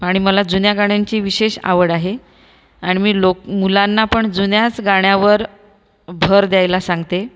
आणि मला जुन्या गाण्यांची विशेष आवड आहे आणि मी लोकं मुलांना पण जुन्याच गाण्यांवर भर द्यायला सांगते